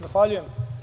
Zahvaljujem.